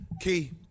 Key